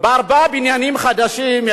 בארבעה בניינים חדשים,